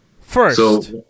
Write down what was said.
First